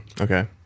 Okay